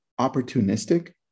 opportunistic